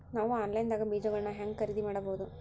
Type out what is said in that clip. ನಾವು ಆನ್ಲೈನ್ ದಾಗ ಬೇಜಗೊಳ್ನ ಹ್ಯಾಂಗ್ ಖರೇದಿ ಮಾಡಬಹುದು?